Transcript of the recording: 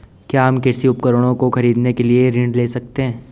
क्या हम कृषि उपकरणों को खरीदने के लिए ऋण ले सकते हैं?